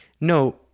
no